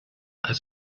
als